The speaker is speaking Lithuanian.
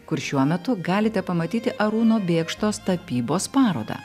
kur šiuo metu galite pamatyti arūno bėkštos tapybos parodą